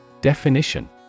Definition